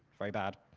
very bad.